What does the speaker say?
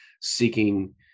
seeking